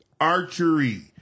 Archery